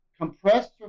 Compressed